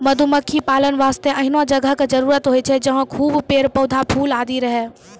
मधुमक्खी पालन वास्तॅ एहनो जगह के जरूरत होय छै जहाँ खूब पेड़, पौधा, फूल आदि रहै